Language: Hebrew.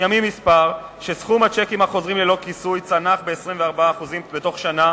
ימים מספר שסכום הצ'קים החוזרים ללא כיסוי צנח ב-24% בתוך שנה